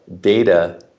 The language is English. data